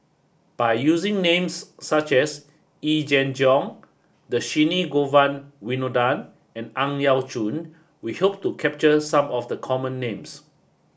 by using names such as Yee Jenn Jong Dhershini Govin Winodan and Ang Yau Choon we hope to capture some of the common names